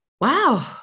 Wow